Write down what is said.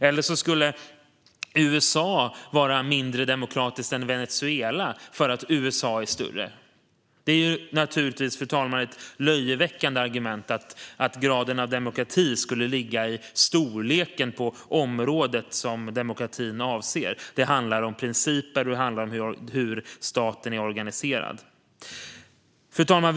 Eller så skulle USA vara mindre demokratiskt än Venezuela eftersom USA är större. Det är naturligtvis, fru talman, ett löjeväckande argument att graden av demokrati skulle ligga i storleken på det område som demokratin avser. Det handlar om principer, och det handlar om hur staten är organiserad. Fru talman!